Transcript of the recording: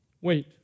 Wait